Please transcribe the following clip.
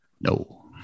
No